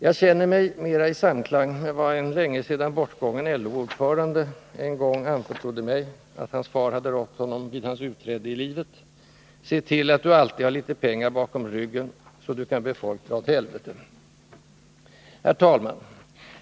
Jag känner mig mer i samklang med vad en länge sedan bortgången LO ordförande en gång anförtrodde mig att hans far hade rått honom till när han trädde ut i livet: ”Se till att du alltid har litet pengar bakom ryggen, så att du kan be folk dra åt helvete.” Herr talman!